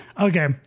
Okay